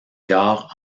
gares